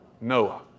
Noah